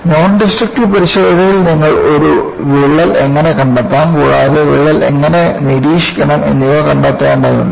non-destructive പരിശോധനയിൽ നിങ്ങൾ ഒരു വിള്ളൽ എങ്ങനെ കണ്ടെത്താം കൂടാതെ വിള്ളൽ എങ്ങനെ നിരീക്ഷിക്കണം എന്നിവ കണ്ടെത്തേണ്ടതുണ്ട്